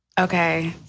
Okay